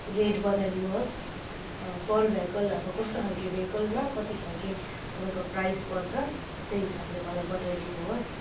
rate बताइदिनु होस् पर भेकल अब कस्तो खालके भेकलमा कति खालके तपाईँको प्राइस पर्छ त्यो हिसाबले मलाई बताइदिनु होस्